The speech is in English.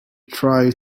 try